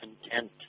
content